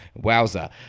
Wowza